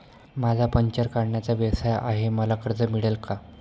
माझा पंक्चर काढण्याचा व्यवसाय आहे मला कर्ज मिळेल का?